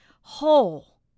whole